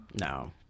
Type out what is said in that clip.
No